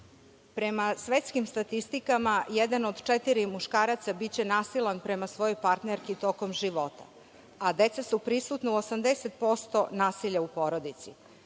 planu. Prema svetskim statistikama jedan od četiri muškaraca biće nasilan prema svojoj partnerki tokom života, a deca su prisutna u 80% nasilja u porodici.